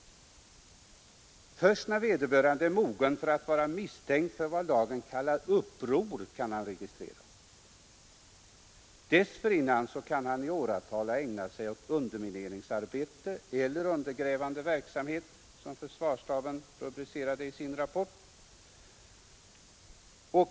Först när vederbörande är mogen för att vara misstänkt för vad lagen kallar uppror kan han registreras. Dessförinnan kan han i åratal ha ägnat sig åt undermineringsarbete, eller undergrävande verksamhet, som försvarsstaben rubricerar det i sin rapport.